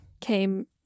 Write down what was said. came